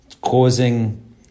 causing